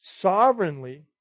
sovereignly